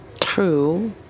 True